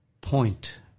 point